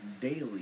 daily